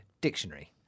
dictionary